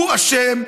הוא אשם,